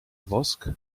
wosk